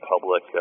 public